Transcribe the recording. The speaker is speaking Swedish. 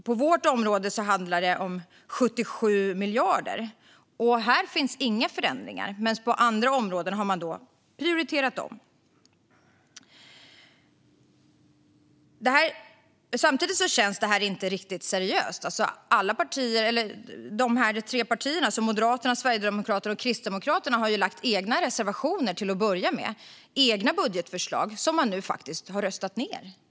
På vårt område handlar det om 77 miljarder, och här finns inga förändringar medan man på andra områden har prioriterat om. Samtidigt känns det här inte riktigt seriöst. Sverigedemokraterna, Kristdemokraterna och Moderaterna har lagt egna reservationer till att börja med, alltså egna budgetförslag som man nu faktiskt har röstat ned.